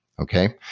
okay?